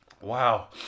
Wow